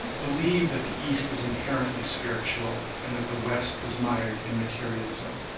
believed that the east was inherently spiritual and that the west was mired in materialism.